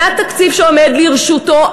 מהתקציב שעומד לרשותו,